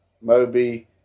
Moby